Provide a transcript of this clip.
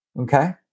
Okay